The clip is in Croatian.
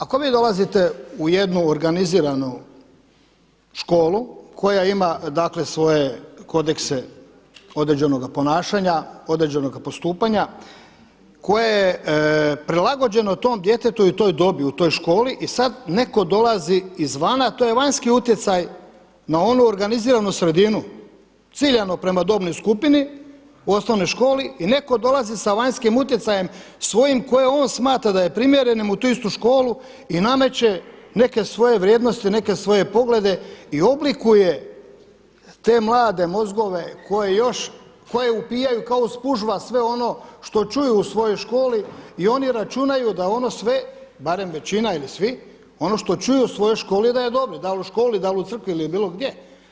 Ako vi dolazite u jednu organiziranu školu koja ima dakle svoje kodekse određenoga ponašanja, određenoga postupanja koje je prilagođeno tom djetetu i toj dobi u toj školi i sada netko dolazi izvana a to je vanjski utjecaj na onu organiziranu sredinu ciljano prema dobnoj skupini u osnovnoj školi i netko dolazi sa vanjskim utjecajem svojim za koje on smatra da je primjereno u tu istu školu i nameće neke svoje vrijednosti, neke svoje poglede i oblikuje te mlade mozgove koje još, koje upijaju kao spužva sve ono što čuju u svojoj školi i oni računaju da je ono sve, barem većina ili svi, ono što čuju u svojoj školi da je dobro, da li u školi, da li u crkvi ili bilo gdje.